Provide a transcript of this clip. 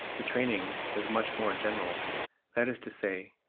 the training is much more general that is to say,